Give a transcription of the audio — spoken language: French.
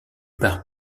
part